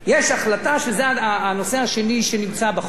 יש החלטה, שזה הנושא השני שנמצא בחוק,